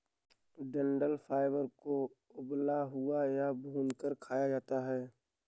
डंठल फाइबर को उबला हुआ या भूनकर खाया जाता है